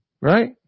Right